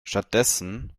stattdessen